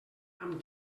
amb